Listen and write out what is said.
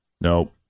No